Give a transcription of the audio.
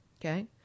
Okay